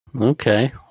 Okay